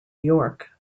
york